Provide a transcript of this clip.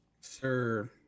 Sir